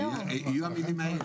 יהיו המילים האלה.